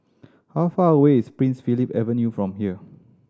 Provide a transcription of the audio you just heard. how far away is Prince Philip Avenue from here